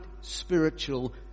spiritual